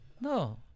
No